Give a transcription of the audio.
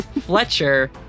Fletcher